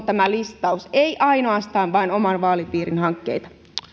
tämä listaus on loputon ei ainoastaan oman vaalipiirin hankkeita